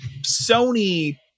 sony